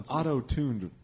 auto-tuned